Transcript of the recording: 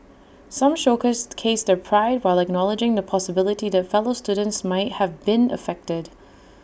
some showcased case their pride while acknowledging the possibility that fellow students might have been affected